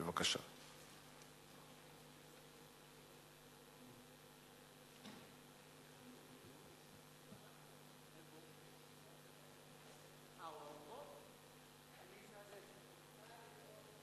תודה.